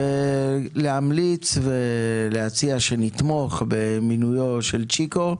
ולהציע שנתמוך במינויו של צ'יקו.